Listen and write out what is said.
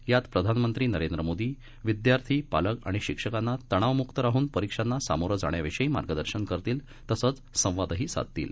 यात प्रधानमंत्री नरेंद्र मोदी विद्यार्थी पालक आणि शिक्षकांना तणावमुक्त राहून परीक्षांना सामोरं जाण्याविषयी मार्गदर्शन करतील तसंच संवादही साधतील